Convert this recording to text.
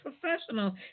professional